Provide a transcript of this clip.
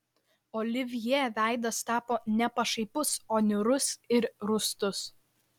olivjė veidas tapo ne pašaipus o niūrus ir rūstus